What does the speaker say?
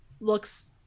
looks